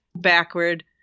backward